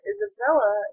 Isabella